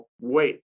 wait